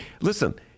Listen